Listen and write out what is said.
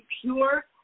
pure